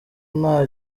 nta